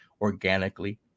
organically